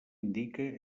indica